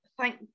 thank